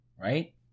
right